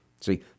See